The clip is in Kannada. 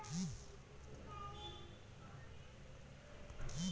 ಜೇನುತುಪ್ಪದ ಪದಾರ್ಥವು ನರದ ಚಟುವಟಿಕೆಯನ್ನು ನಿಯಂತ್ರಿಸುತ್ತವೆ ಮತ್ತು ನಿದ್ರಾಜನಕವಾಗಿ ವರ್ತಿಸ್ತವೆ